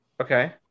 Okay